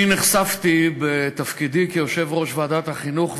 אני נחשפתי בתפקידי כיושב-ראש ועדת החינוך,